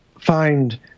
find